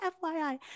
FYI